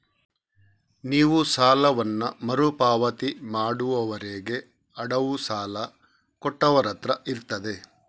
ನೀವು ಸಾಲವನ್ನ ಮರು ಪಾವತಿ ಮಾಡುವವರೆಗೆ ಅಡವು ಸಾಲ ಕೊಟ್ಟವರತ್ರ ಇರ್ತದೆ